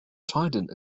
trident